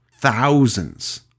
thousands